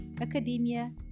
academia